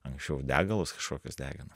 anksčiau degalus kažkokius degino